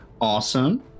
Awesome